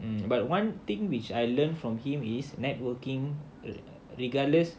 but one thing which I learnt from him is networking regardless